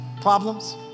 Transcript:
problems